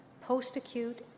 post-acute